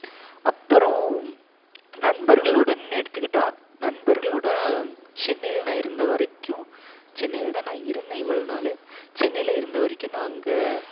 அப்புறம் நண்பர்களுடன்னு எடுத்துக்கிட்டால் நண்பர்களோடு சென்னையில் நான் இருந்த வரைக்கும் சென்னையில் தான் நான் இருந்தேன் இவ்வளோ நாள் சென்னையில் இருந்த வரைக்கும் நான் அங்கே